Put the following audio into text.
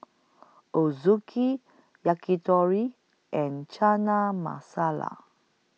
Ochazuke Yakitori and Chana Masala